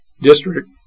district